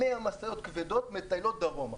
שזה 100 משאיות כבדות שמטיילות דרומה.